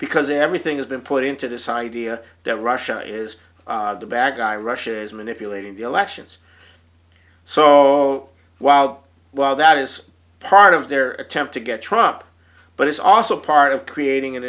because everything has been put into this idea that russia is the bad guy russia is manipulating the elections so while well that is part of their attempt to get trump but it's also part of creating an